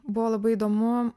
buvo labai įdomu